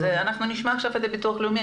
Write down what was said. נשמע עכשיו את הביטוח הלאומי.